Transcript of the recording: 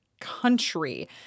country